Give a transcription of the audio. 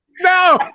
No